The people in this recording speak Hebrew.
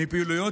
אדוני.